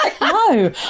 no